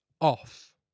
off